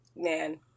Man